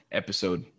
episode